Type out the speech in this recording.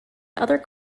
other